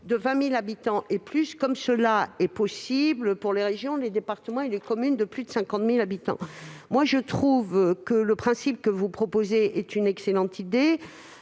de 20 000 habitants et plus, comme cela est possible pour les régions, les départements et les communes de plus de 50 000 habitants. Le principe proposé me semble une excellente idée,